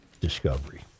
discovery